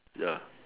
ya